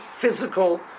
physical